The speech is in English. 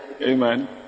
amen